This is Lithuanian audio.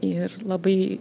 ir labai